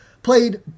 played